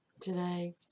today